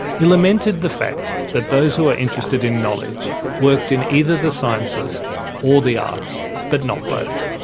he lamented the fact that those who were interested in knowledge worked in either the sciences or the arts, but not both.